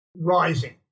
rising